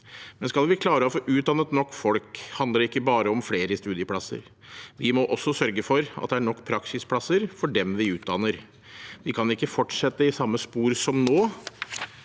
Men skal vi klare å få utdannet nok folk, handler det ikke bare om flere studieplasser. Vi må også sørge for at det er nok praksisplasser for dem vi utdanner. Vi kan ikke fortsette i samme spor som nå,